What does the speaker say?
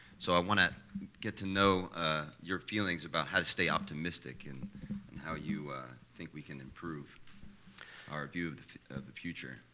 so i want to get to know your feelings about how to stay optimistic and how you think we can improve our view of the of the future.